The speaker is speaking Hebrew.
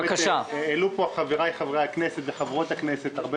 העלו פה חבריי חברי הכנסת וחברות הכנסת הרבה